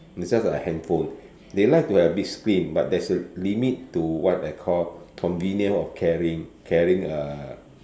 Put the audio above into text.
is just like a handphone they like to have big screen but there's a limit to what I call convenience of carrying carrying a